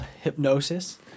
hypnosis